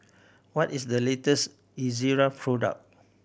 what is the latest Ezerra product